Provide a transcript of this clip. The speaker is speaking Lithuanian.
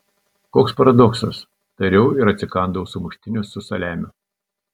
koks paradoksas tariau ir atsikandau sumuštinio su saliamiu